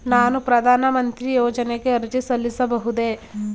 ನಾನು ಪ್ರಧಾನ ಮಂತ್ರಿ ಯೋಜನೆಗೆ ಅರ್ಜಿ ಸಲ್ಲಿಸಬಹುದೇ?